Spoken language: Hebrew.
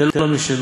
תן לו משלו,